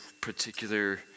particular